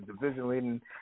division-leading